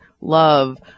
love